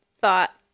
thought